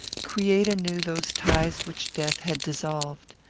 create anew those ties which death had dissolved.